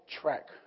track